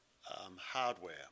hardware